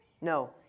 No